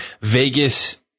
Vegas